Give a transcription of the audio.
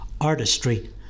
Artistry